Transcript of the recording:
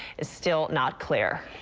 it's still not clear.